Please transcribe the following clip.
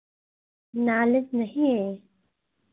knowledge नहीं है